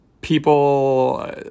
People